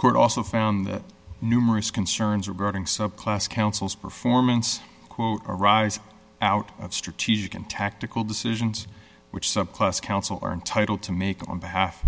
court also found that numerous concerns regarding subclass councils performance quote arise out of strategic and tactical decisions which subclass council are entitled to make on behalf